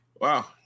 Wow